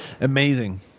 amazing